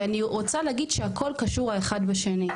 ואני רוצה להגיד שהכל קשור האחד בשני,